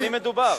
במי מדובר?